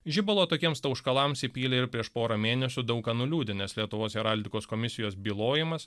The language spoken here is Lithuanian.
žibalo tokiems tauškalams įpylė ir prieš porą mėnesių daug ką nuliūdinęs lietuvos heraldikos komisijos bylojimas